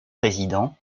président